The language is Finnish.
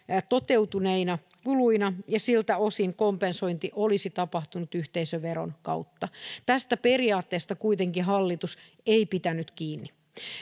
toteutuneina kuluina ja siltä osin kompensointi olisi tapahtunut yhteisöveron kautta tästä periaatteesta kuitenkaan hallitus ei pitänyt kiinni